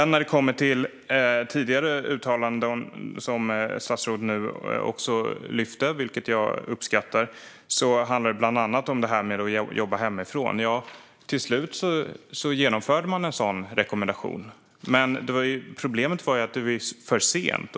När det kommer till tidigare uttalanden, som statsrådet nu lyfter fram och som jag uppskattar, handlar de bland annat om att jobba hemifrån. Till slut genomförde man en sådan rekommendation. Men problemet var att det var för sent.